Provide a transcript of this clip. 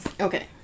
Okay